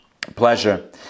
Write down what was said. Pleasure